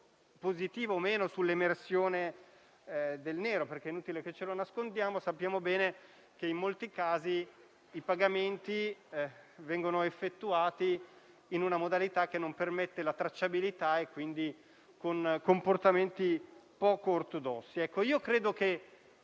positivo o meno sull'emersione del nero. È inutile che ce lo nascondiamo: sappiamo bene che in molti casi i pagamenti vengono effettuati in una modalità che non permette la tracciabilità e, quindi, con comportamenti poco ortodossi. Credo che,